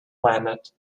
planet